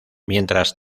mientras